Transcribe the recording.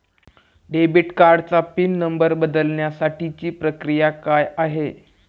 Debit कार्डचा pin number बदलण्यासाठीची प्रक्रिया काय आहे?